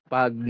Pag